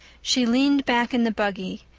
she leaned back in the buggy,